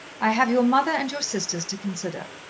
i have your mother and your sisters to consider.